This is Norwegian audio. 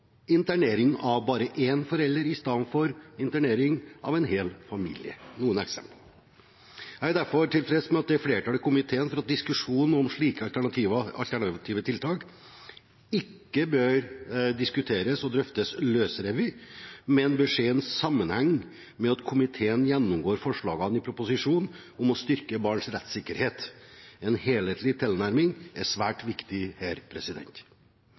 internering av bare én forelder istedenfor internering av en hel familie er noen eksempler. Jeg er derfor tilfreds med at det er flertall i komiteen for at diskusjonen om slike alternative tiltak ikke bør diskuteres og drøftes løsrevet, men ses i sammenheng med at komiteen gjennomgår forslagene i proposisjonen om å styrke barns rettssikkerhet. En helhetlig tilnærming er svært viktig her.